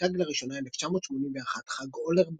שנחגג לראשונה 1981, חג אולר בינואר,